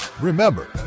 Remember